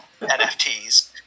NFTs